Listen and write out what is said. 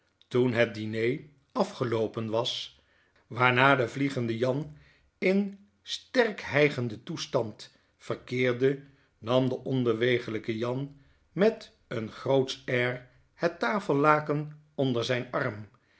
toen het diner was waarna de vliegende jan in eene sohildeeij en een ring sterk hygenden toestand verkeerde nam de onbewegelyke jan met een grootsch air het tafellaken onder zyn arm